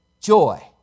joy